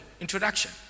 Introduction